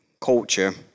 culture